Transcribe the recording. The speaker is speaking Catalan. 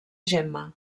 gemma